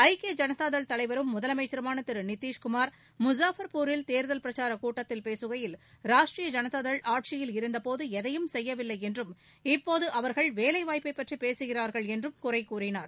ஐக்கிய ஜனதாதள் தலைவரும் முதலமைச்சருமான திரு நிதிஷ்குமார் முஷாபர்பூரில் தேர்தல் பிரக்சாரக் கூட்டத்தில் பேசுகையில் ராஷ்ட்ரீய ஜனதாதள் ஆட்சியில் இருந்தபோது எதையும் செய்யவில்லை என்றும் இப்போது அவர்கள் வேலைவாய்ப்பை பற்றி பேசுகிறா்கள் என்றும் குறை கூறினார்